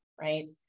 right